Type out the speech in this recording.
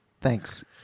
Thanks